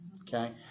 Okay